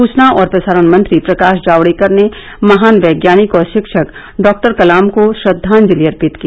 सूचना और प्रसारण मंत्री प्रकाश जावडेकर ने महान वैज्ञानिक और शिक्षक डॉक्टर कलाम को श्रद्दाजलि अर्पित की